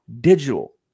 digital